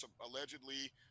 allegedly